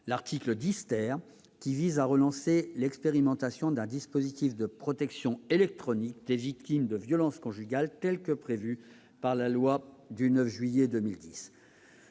l'article 10 , qui vise à relancer l'expérimentation d'un dispositif de protection électronique des victimes de violences conjugales, tel que prévu par la loi du 9 juillet 2010.